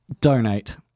donate